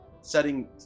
setting